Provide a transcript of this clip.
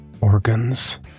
Organs